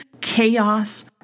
chaos